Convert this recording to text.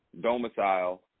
domicile